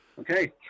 Okay